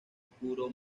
oscuro